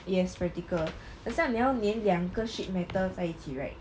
yes practical 很像你要粘两个 shape matter 在一起 right